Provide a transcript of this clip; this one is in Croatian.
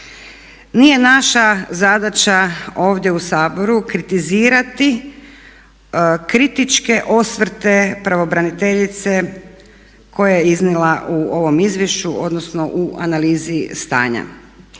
Nije naša zadaća ovdje u Saboru kritizirati kritičke osvrte pravobraniteljice koje je iznijela u ovom izvješću odnosno u analizi stanja